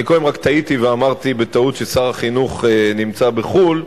אני קודם רק טעיתי ואמרתי בטעות ששר החינוך נמצא בחו"ל.